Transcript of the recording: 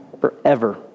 forever